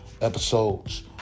episodes